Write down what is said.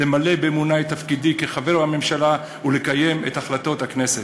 למלא באמונה את תפקידי כחבר הממשלה ולקיים את החלטות הכנסת.